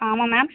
ஆமாம் மேம்